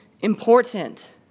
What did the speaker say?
important